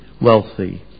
wealthy